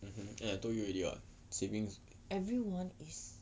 mmhmm I told you already [what] savings